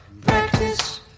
Practice